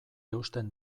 eusten